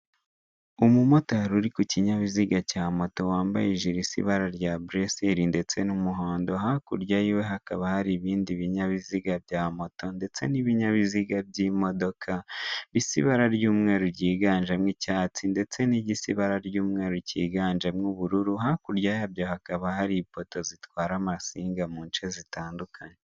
Umumotari uri ku ikinyabiziga cy,amoto wambaye ijire isa ibara rya puresiri. Ndetse n'umuhondo hakurya hakaba hari ibindi binyabiziga bya moto ndetse nibinyabiziga by'imodoka bisa ibara ry'umweru ryivanze niry'icyatsi, ndetse nibyibara byumweru byiganjemo ibara ry'ubururu. Hakurya yaho hakaba hari ipoto zitwara insinga muce zitandukanye.